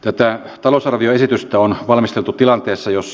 tätä talousarvioesitystä on valmisteltu tilanteessa jos